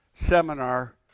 seminar